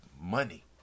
money